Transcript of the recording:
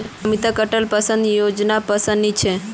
अमितक अटल पेंशन योजनापसंद नी छेक